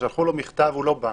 שלחו לו מכתב והוא לא בא,